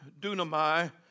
dunamai